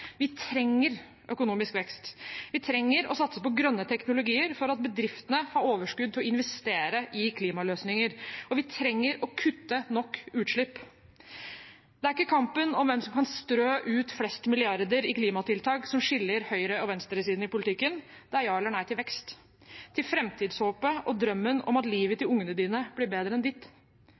Vi trenger økonomisk vekst. Vi trenger å satse på grønne teknologier for at bedriftene skal ha overskudd til å investere i klimaløsninger, og vi trenger å kutte nok utslipp. Det er ikke kampen om hvem som kan strø ut flest milliarder i klimatiltak, som skiller høyre- og venstresiden i politikken, det er ja eller nei til vekst, til framtidshåpet og drømmen om at livet til ungene dine blir bedre enn ditt.